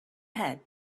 ahead